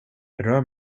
rör